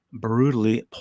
Brutally